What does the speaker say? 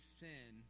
sin